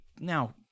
Now